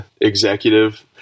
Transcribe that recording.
executive